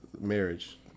marriage